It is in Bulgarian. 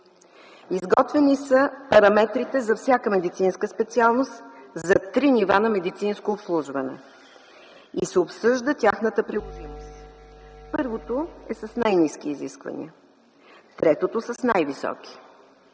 Изготвени са параметрите за всяка медицинска специалност за три нива на медицинско обслужване и се обсъжда тяхната приложимост. Първото е с най-ниски изисквания, третото – с най-високи